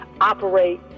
operate